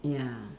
ya